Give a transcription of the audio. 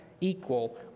equal